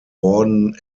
warden